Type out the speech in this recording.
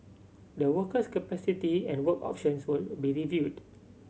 the worker's capacity and work options will be reviewed